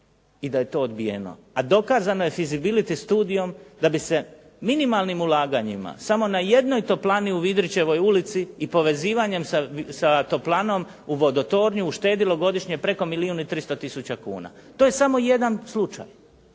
i da je to odbijeno, a dokazano je fisibility studijom da bi se minimalnim ulaganjima samo na jednoj toplani u Vidrićevoj ulici i povezivanjem sa toplanom u vodotornju uštedilo godišnje preko milijun i 300 tisuća kuna. To je samo jedan slučaj.